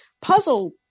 puzzle